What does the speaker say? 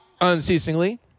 unceasingly